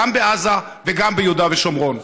גם בעזה וגם ביהודה ושומרון.